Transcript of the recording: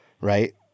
right